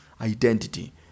identity